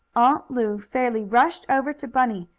aunt lu fairly rushed over to bunny.